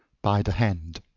by the hand.